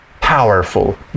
powerful